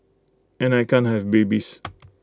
and I can't have babies